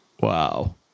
wow